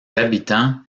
habitants